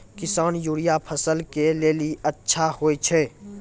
किसान यूरिया फसल के लेली अच्छा होय छै?